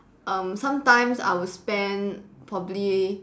um sometimes I would spend probably